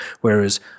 Whereas